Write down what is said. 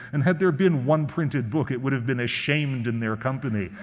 and had there been one printed book, it would've been ashamed in their company.